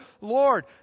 Lord